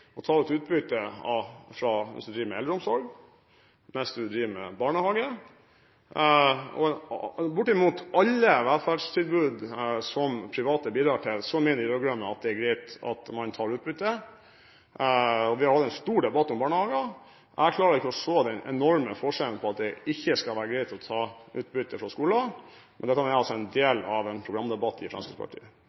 å ta ut utbytte hvis du driver med eldreomsorg. Og hvis du driver med barnehage og bortimot alle velferdstilbud som private bidrar til, mener de rød-grønne det er greit at man tar ut utbytte. Vi hadde en stor debatt om barnehager. Jeg klarer ikke å se den enorme forskjellen det skal være å ta ut utbytte fra skoler, men dette er en del av en programdebatt i Fremskrittspartiet.